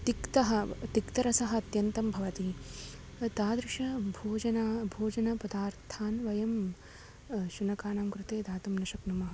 तिक्तः तिक्तरसः अत्यन्तं भवति तादृशभोजनानि भोजनपदार्थान् वयं शुनकानां कृते दातुं न शक्नुमः